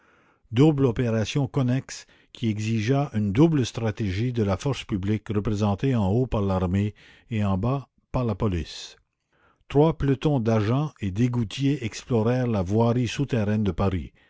double opération connexe qui exigea une double stratégie de la force publique représentée en haut par l'armée et en bas par la police trois pelotons d'agents et d'égoutiers explorèrent la voirie souterraine de paris